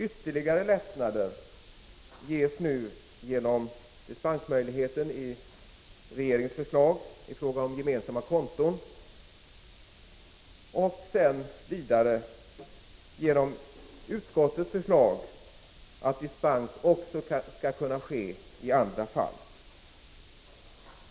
Ytterligare lättnader ges nu genom dispensmöjligheten i regeringens förslag i fråga om gemensamma konton och vidare genom utskottets förslag att dispens också skall kunna gesi andra fall.